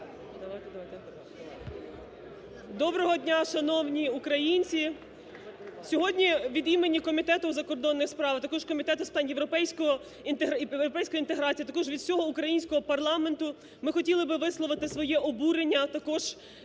Доброго дня, шановні українці! Сьогодні від імені Комітету у закордонних справах, а також Комітету з питань європейської інтеграції, а також від усього українського парламенту ми хотіли би висловити своє обурення також